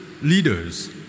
leaders